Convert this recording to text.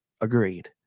agreed